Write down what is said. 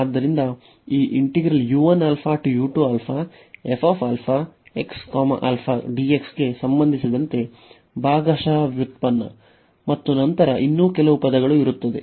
ಆದ್ದರಿಂದ ಈ ಗೆ ಸಂಬಂಧಿಸಿದಂತೆ ಭಾಗಶಃ ವ್ಯುತ್ಪನ್ನ ಮತ್ತು ನಂತರ ಇನ್ನೂ ಕೆಲವು ಪದಗಳು ಇರುತ್ತವೆ